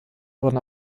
wurden